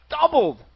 doubled